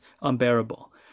unbearable